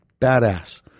badass